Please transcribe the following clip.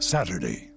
Saturday